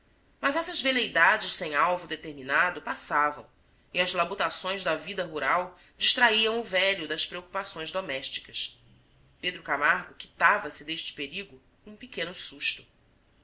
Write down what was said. mas essas veleidades sem alvo determinado passavam e as labutações da vida rural distraíam o velho das preocupações domésticas pedro camargo quitava se deste perigo com um pequeno susto